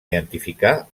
identificar